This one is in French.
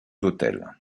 hôtels